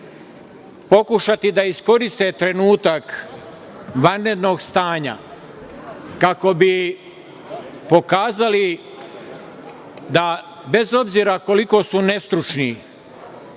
pokušati da iskoriste trenutak vanrednog stanja kako bi pokazali da bez obzira koliko su nestručni